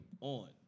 on